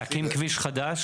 דרור בוימל להקים כביש חדש?